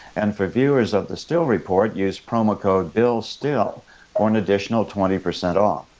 and for viewers of the still report, use promo code bill still for an additional twenty percent off.